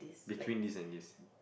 between this and this